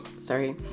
Sorry